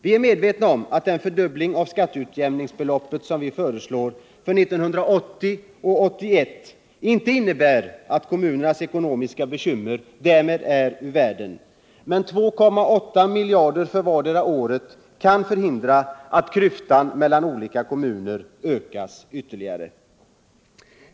Vi är medvetna om att den fördubbling av skatteutjämningsbeloppet som vi föreslår för 1980 och 1981 inte innebär att kommunernas ekonomiska bekymmer är ur världen. Men 2,8 miljarder för vartdera året kan förhindra att klyftorna mellan kommunerna ökas ytterligare.